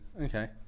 Okay